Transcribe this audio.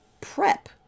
prep